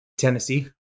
Tennessee